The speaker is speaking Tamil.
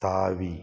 தாவி